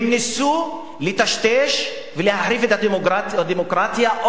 הם ניסו לטשטש ולהחריב את הדמוקרטיה,